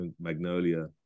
Magnolia